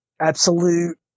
absolute